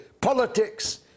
politics